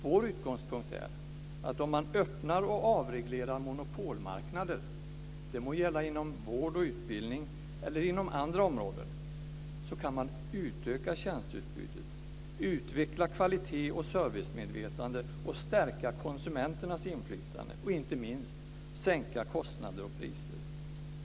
Vår utgångspunkt är att man, om man öppnar och avreglerar monopolmarknader inom vård och utbildning eller andra områden, kan utöka tjänsteutbudet, utveckla kvalitet och servicemedvetande, stärka konsumenternas inflytande och inte minst sänka kostnader och priser.